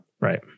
Right